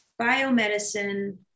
biomedicine